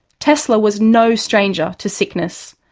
tesla was no stranger to sickness.